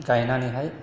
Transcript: गायनानैहाय